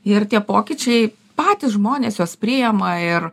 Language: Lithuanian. ir tie pokyčiai patys žmonės juos priema ir